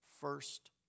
first